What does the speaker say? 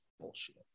Bullshit